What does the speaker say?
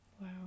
Wow